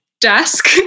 desk